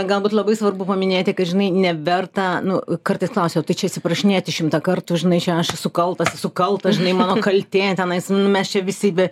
galbūt labai svarbu paminėti kad žinai neverta nu kartais klausia tai čia atsiprašinėti šimtą kartų žinai čia aš esu kaltas esu kaltas žinai mano kaltė tenais nu mes čia visi be